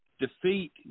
defeat